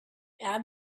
add